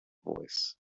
voice